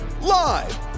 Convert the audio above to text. Live